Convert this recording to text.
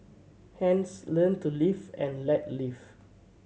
hence learn to live and let live